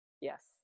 Yes